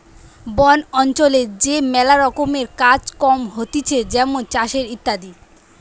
বন অঞ্চলে যে ম্যালা রকমের কাজ কম হতিছে যেমন চাষের ইত্যাদি